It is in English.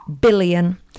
billion